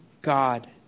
God